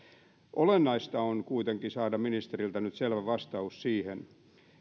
olennaista on kuitenkin saada ministeriltä nyt selvä vastaus siihen